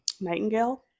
Nightingale